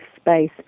space